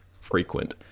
frequent